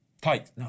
Tight